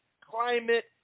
climate